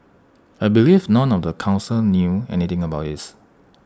I believe none of the Council knew anything about this